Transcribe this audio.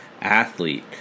athlete